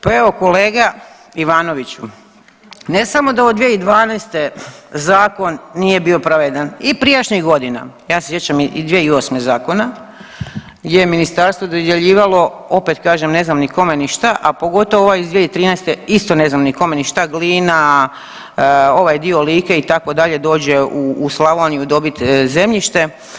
Pa evo kolega Ivanoviću ne samo da od 2012. zakon nije bio pravedan i prijašnjih godina, ja se sjećam i 2008. zakona gdje je ministarstvo dodjeljivalo opet kažem ne znam ni kome, ni šta, a pogotovo ovaj iz 2013. isto ne znam ni kome ni šta, Glina, ovaj dio Like itd. dođe u Slavoniju dobit zemljište.